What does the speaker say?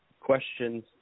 questions